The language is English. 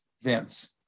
Vince